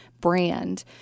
brand